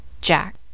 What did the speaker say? jack